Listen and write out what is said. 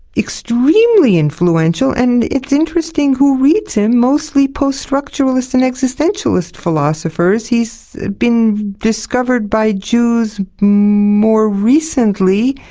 extremely influential, and it's interesting who reads him mostly post-structuralist and existentialist philosophers. he's been discovered by jews more recently.